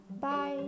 Bye